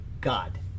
God